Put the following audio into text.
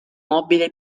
mobile